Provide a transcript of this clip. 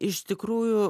iš tikrųjų